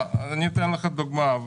אני אתן לך דוגמה.